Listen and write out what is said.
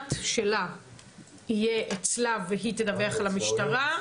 המשל"ט שלה יהיה אצלה והיא תדווח למשטרה,